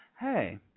Hey